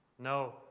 No